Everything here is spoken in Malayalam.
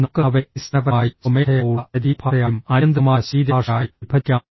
നമുക്ക് അവയെ അടിസ്ഥാനപരമായി സ്വമേധയാ ഉള്ള ശരീരഭാഷയായും അനിയന്ത്രിതമായ ശരീരഭാഷയായും വിഭജിക്കാം